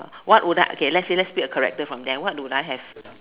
what would I okay lets say lets pick a character from them what would I have what would I